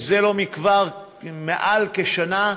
לא מכבר, מעל כשנה,